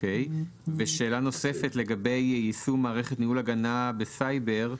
שאלה נוספת לגבי יישום מערכת ניהול הגנה בסייבר.